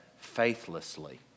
faithlessly